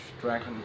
dragon